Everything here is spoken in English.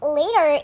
later